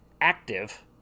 active